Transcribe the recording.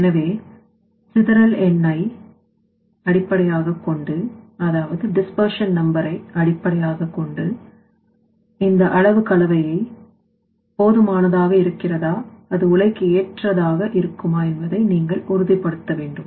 எனவே சிதறல் என்னை அடிப்படையாகக்கொண்டு இந்த அளவு கலவை போதுமானதாக இருக்கிறதா அது உலைக்கு ஏற்றதாக இருக்குமா என்பதை நீங்கள் உறுதி படுத்த வேண்டும்